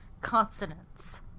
consonants